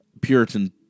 Puritan